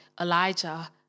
Elijah